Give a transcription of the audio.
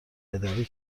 ادبی